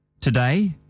Today